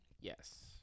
Yes